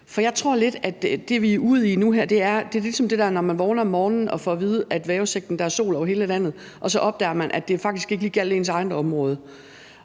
For jeg tror lidt, at det, vi er ude i nu her, er ligesom, når man vågner om morgenen og i vejrudsigten får at vide, at der er sol over hele landet, og så opdager, at det faktisk ikke lige gjaldt ens eget område.